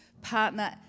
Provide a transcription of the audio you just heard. partner